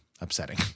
upsetting